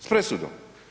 S presudom.